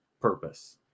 purpose